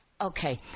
Okay